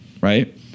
Right